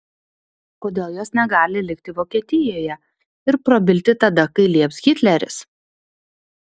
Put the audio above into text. kodėl jos negali likti vokietijoje ir prabilti tada kai lieps hitleris